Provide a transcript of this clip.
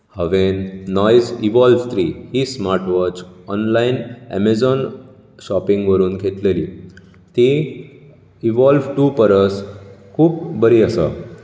हांवें Noise Evolves three ही smart watch online Amazon shopping वरून घेतलेली ती ईवोल्व टू परस खूब बरी आसा